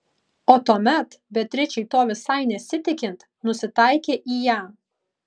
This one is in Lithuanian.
o tuomet beatričei to visai nesitikint nusitaikė į ją